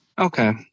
Okay